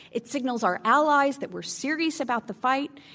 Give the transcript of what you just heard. it signals our allies that we're serious about the fight.